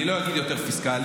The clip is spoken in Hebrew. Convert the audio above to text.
אני לא אגיד יותר "פיסקלי".